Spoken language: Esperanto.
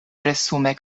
resume